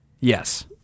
Yes